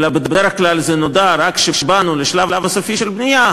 אלא בדרך כלל זה נודע רק כשבאנו לשלב הסופי של הבנייה,